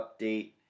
update